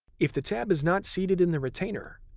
if the tab is not seated in the retainer,